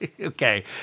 Okay